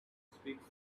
speaks